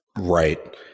Right